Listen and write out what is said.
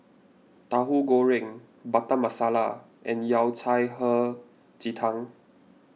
Tauhu Goreng Butter Masala and Yao Cai Hei Ji Tang